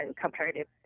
comparative